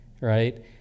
right